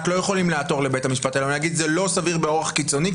לא יכולים לעתור לבית המשפט כדי שיגיד שזה לא סביר באורח קיצוני,